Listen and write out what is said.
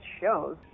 shows